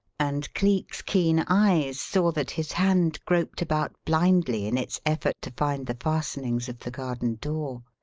and cleek's keen eyes saw that his hand groped about blindly in its effort to find the fastenings of the garden door.